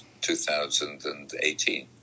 2018